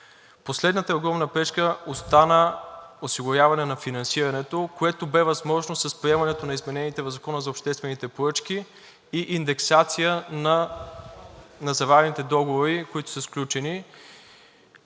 Последната огромна пречка остана осигуряването на финансирането, което бе възможно с приемането на измененията в Закона за обществените поръчки и индексацията на заварените договори, които са сключени.